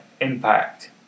Impact